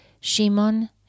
Shimon